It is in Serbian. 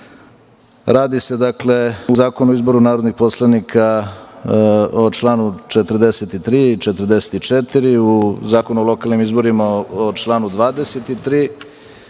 dakle, u Zakonu o izboru narodnih poslanika o članu 43. i 44, u Zakonu o lokalnim izborima o članu 23.Kao